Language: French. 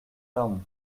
laon